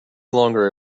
longer